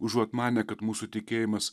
užuot manę kad mūsų tikėjimas